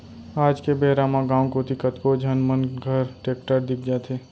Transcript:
आज के बेरा म गॉंव कोती कतको झन मन घर टेक्टर दिख जाथे